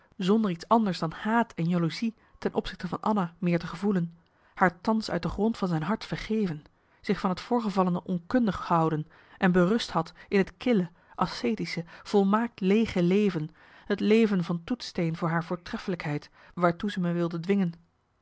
zonder iets anders dan haat en jaloezie ten opzichte van anna meer te gevoelen haar thans uit de grond van zijn hart vergeven zich van het voorgevallene onkundig gehouden en berust had in het kille ascetische volmaakt leege leven het leven van toetsteen voor haar voortreffelijkheid waarote ze mij wilde dwingen